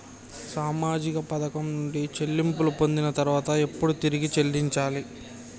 సామాజిక పథకం నుండి చెల్లింపులు పొందిన తర్వాత ఎప్పుడు తిరిగి చెల్లించాలి?